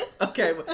Okay